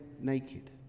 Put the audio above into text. naked